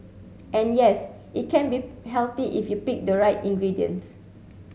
and yes it can be healthy if you pick the right ingredients